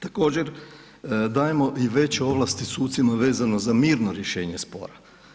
Također dajemo i veće ovlasti sucima vezano za mirno rješenje spora.